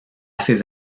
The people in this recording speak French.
ces